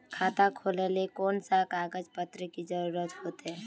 खाता खोलेले कौन कौन सा कागज पत्र की जरूरत होते?